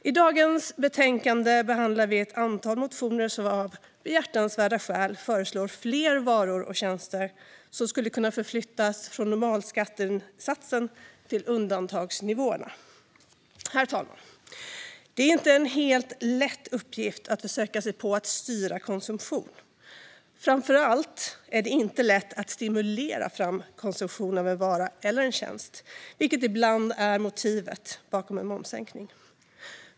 I dagens betänkande behandlar vi ett antal motioner som av behjärtansvärda skäl föreslår fler varor och tjänster som skulle kunna förflyttas från normalskattesatsen till undantagsnivåerna. Herr talman! Det är inte en helt lätt uppgift att försöka sig på att styra konsumtion. Framför allt är det inte lätt att stimulera fram konsumtion av en vara eller en tjänst, vilket ibland är motivet bakom en momssänkning.